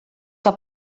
que